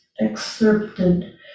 excerpted